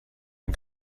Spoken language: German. den